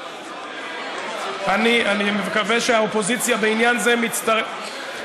אני מקווה שהאופוזיציה בעניין זה מצטרפת,